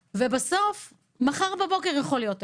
בסוף מחר בבוקר יכול להיות אירוע.